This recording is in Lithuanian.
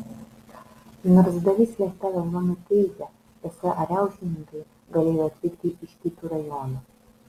nors dalis miestelio žmonių teigė esą riaušininkai galėjo atvykti iš kitų rajonų